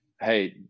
hey